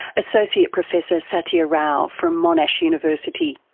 associate professor sathya rao from monash university,